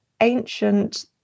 ancient